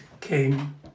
came